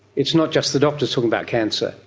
it's not just the doctors talking about cancer.